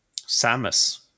Samus